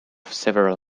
several